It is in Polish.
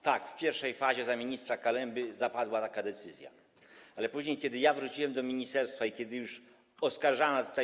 Tak, w pierwszej fazie, za ministra Kalemby, zapadła taka decyzja, ale później, kiedy wróciłem do ministerstwa i kiedy oskarżana tutaj